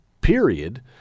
period